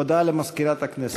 הודעה למזכירת הכנסת.